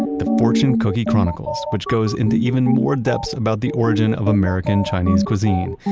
the fortune cookie chronicles, which goes into even more depths about the origin of american chinese cuisine.